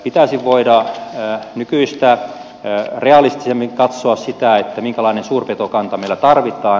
pitäisi voida nykyistä realistisemmin katsoa sitä minkälainen suurpetokanta meillä tarvitaan